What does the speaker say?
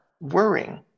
worrying